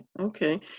okay